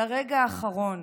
לרגע האחרון,